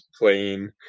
playing